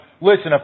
listen